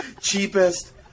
cheapest